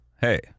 hey